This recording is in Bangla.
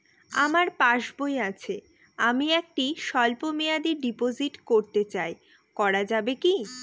আমার পাসবই আছে আমি একটি স্বল্পমেয়াদি ডিপোজিট করতে চাই করা যাবে কি?